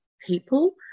people